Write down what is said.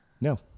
No